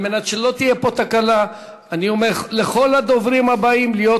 כדי שלא תהיה פה תקלה אני אומר לכל הדוברים הבאים להיות